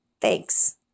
Thanks